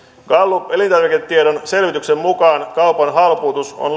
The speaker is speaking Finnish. gallup elintarviketiedon selvityksen mukaan kaupan halpuutus on